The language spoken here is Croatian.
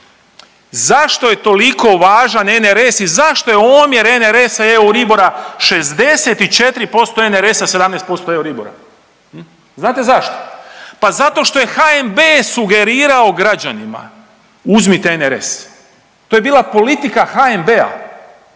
Zašto je toliko važan NRS i zašto je omjer NRS-a i Euribora 64% NRS-a i 17% Euribora? Znate zašto? Pa zato što je HNB sugerirao građanima uzmite NRS, to je bila politika HNB-a